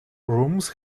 rooms